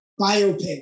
biopic